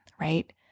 right